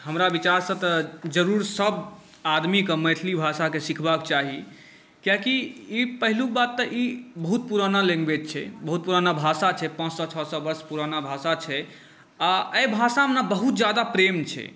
हमरा विचारसँ तऽ जरूर सभआदमीकेँ मैथिली भाषाके सिखबाक चाही कियाकि ई पहिलुक बात तऽ ई बहुत पुरान लैंग्वेज छै बहुत पुरान भाषा छै पाँच सए छओ सए वर्ष पुरान भाषा छै आ एहि भाषामे ने बहुत ज्यादा प्रेम छै